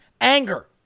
anger